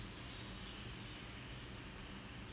with the fact that no one had questions